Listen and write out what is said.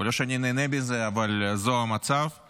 ולא שאני נהנה מזה אבל זה המצב,